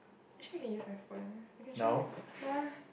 actually I can use my phone I can show you ya